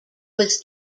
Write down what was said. was